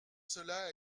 cela